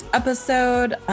episode